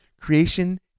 Creation